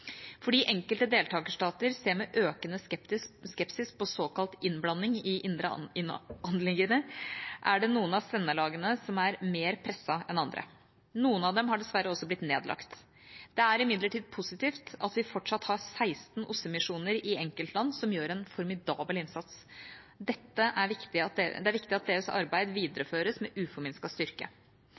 Fordi enkelte deltakerstater ser med økende skepsis på såkalt innblanding i indre anliggender, er det noen av sendelagene som er mer presset enn andre. Noen av dem har dessverre også blitt nedlagt. Det er imidlertid positivt at vi fortsatt har 16 OSSE-misjoner i enkeltland som gjør en formidabel innsats. Det er viktig at deres arbeid videreføres med uforminsket styrke.